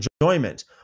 enjoyment